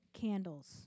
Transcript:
candles